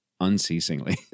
unceasingly